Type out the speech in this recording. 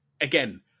again